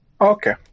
Okay